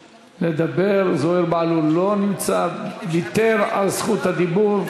זוהיר בהלול, לא נמצא, ויתר על רשות הדיבור.